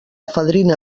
fadrina